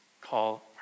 call